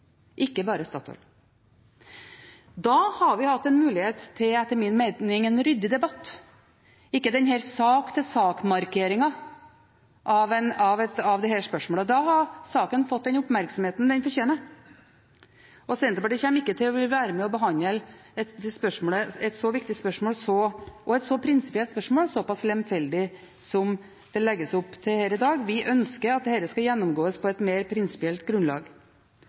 ikke bare Statoil. Da hadde vi etter min mening hatt en mulighet til en ryddig debatt, ikke denne sak-til-sak-markeringen av dette spørsmålet. Da hadde saken fått den oppmerksomheten den fortjener. Senterpartiet kommer ikke til å ville være med og behandle et så viktig og prinsipielt spørsmål så lemfeldig som det legges opp til her i dag. Vi ønsker at dette skal gjennomgås på et mer prinsipielt grunnlag.